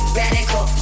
radical